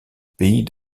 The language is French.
pays